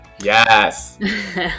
Yes